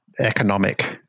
economic